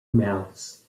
mouths